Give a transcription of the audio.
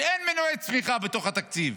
כי אין מנועי צמיחה בתוך התקציב.